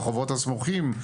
ברחובות הסמוכים,